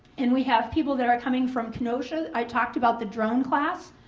and we have people that are coming from kenosha. i talked about the drone class.